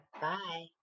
Bye